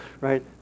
right